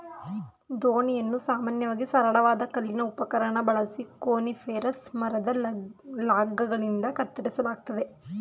ದೋಣಿಯನ್ನು ಸಾಮಾನ್ಯವಾಗಿ ಸರಳವಾದ ಕಲ್ಲಿನ ಉಪಕರಣ ಬಳಸಿ ಕೋನಿಫೆರಸ್ ಮರದ ಲಾಗ್ಗಳಿಂದ ಕತ್ತರಿಸಲಾಗ್ತದೆ